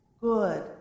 good